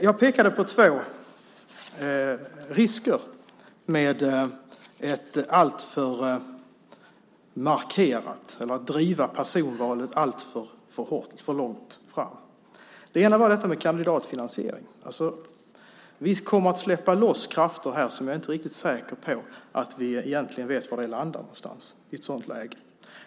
Jag pekade på två risker med att driva personvalet alltför hårt. Den ena var frågan om kandidatfinansiering. Vi kommer att släppa loss krafter som jag inte är riktigt säker på att vi vet var de landar.